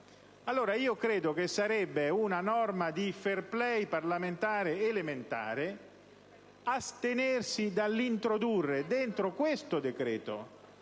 allora che sarebbe una norma di *fair play* parlamentare elementare astenersi dall'introdurre all'interno di questo decreto,